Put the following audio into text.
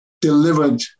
delivered